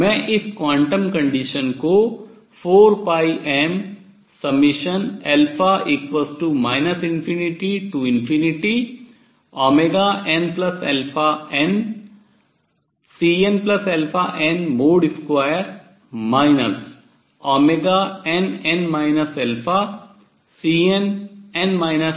और इसलिए मैं इस quantum condition क्वांटम प्रतिबन्ध को 4πm ∞nn